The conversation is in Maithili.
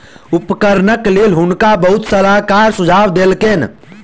उपकरणक लेल हुनका बहुत सलाहकार सुझाव देलकैन